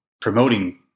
promoting